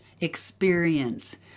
experience